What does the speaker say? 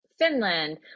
Finland